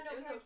no